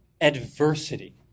adversity